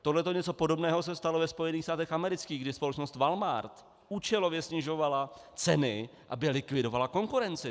Tohle něco podobného se stalo ve Spojených státech amerických, kdy společnost Walmark účelově snižovala ceny, aby likvidovala konkurenci.